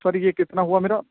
سر یہ کتنا ہوا میرا